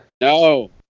No